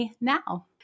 now